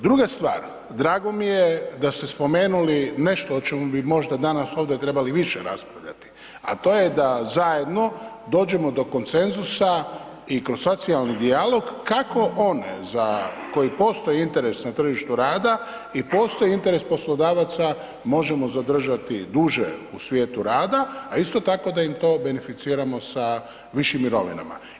Druga stvar, drago mi je da ste spomenuli nešto o čemu bi možda danas ovdje trebali više raspravljati, a to je da zajedno dođemo do konsenzusa i kroz socijalni dijalog kako oni za koje postoji interes na tržištu rada i postoji interes poslodavaca, možemo zadržati duže u svijetu rada a isto tako da im to beneficiramo sa višim mirovinama.